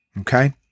Okay